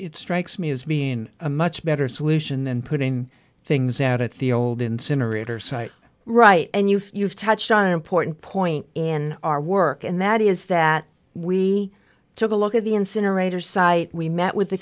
strikes me as being a much better solution than putting things out at the old incinerator site right and you've touched on an important point in our work and that is that we took a look at the incinerator site we met with the